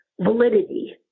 validity